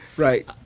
Right